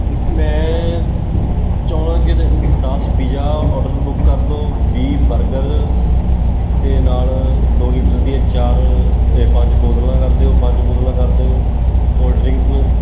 ਬ ਮੈਂ ਚਾਹੁੰਦਾ ਕਿ ਦਸ ਪੀਜ਼ਾ ਔਡਰ ਬੁੱਕ ਕਰ ਦਿਉ ਵੀਹ ਬਰਗਰ ਅਤੇ ਨਾਲ ਦੋ ਲੀਟਰ ਦੀਆਂ ਚਾਰ ਪੰਜ ਬੋਤਲਾਂ ਕਰ ਦਿਓ ਪੰਜ ਬੋਤਲਾਂ ਕਰ ਦਿਓ ਕੋਲਡ ਡਰਿੰਕ ਦੀਆਂ